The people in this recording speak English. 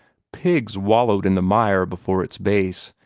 pigs wallowed in the mire before its base,